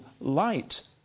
light